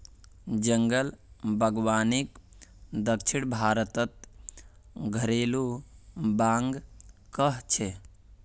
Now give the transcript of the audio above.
जंगल बागवानीक दक्षिण भारतत घरेलु बाग़ कह छे